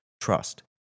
trust